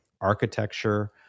architecture